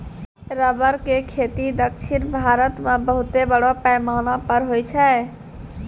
rubber के खेती दक्षिण भारत मॅ बहुत बड़ो पैमाना पर होय छै